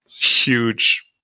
huge